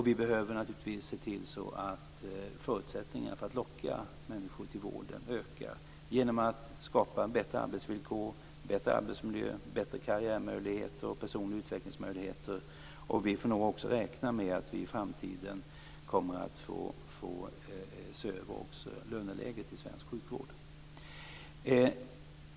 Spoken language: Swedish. Vi behöver också naturligtvis se till att förutsättningarna för att locka människor till vården ökar genom att skapa bättre arbetsvillkor, bättre arbetsmiljö, bättre karriärmöjligheter och bättre personliga utvecklingsmöjligheter. Vi får nog också räkna med att vi i framtiden kommer att få se över löneläget i svensk sjukvård.